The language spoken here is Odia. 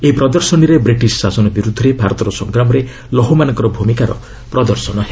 ଏହି ପ୍ରଦର୍ଶନୀରେ ବ୍ରିଟିଶ୍ ଶାସନ ବିରୁଦ୍ଧରେ ଭାରତର ସଂଗ୍ରାମରେ ଲୌହମାନବଙ୍କ ଭୂମିକାର ପ୍ରଦର୍ଶନ ହେବ